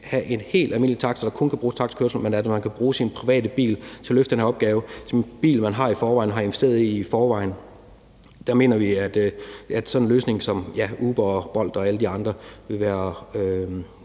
have en helt almindelig taxa, der kun kan bruges til taxakørsel, men at man kan bruge sin private bil til at løfte den her opgave, altså en bil, som man i forvejen har, og som man i forvejen har investeret i. Der mener vi, at sådan en løsning som Uber, Bolt og alle de andre vil være